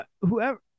whoever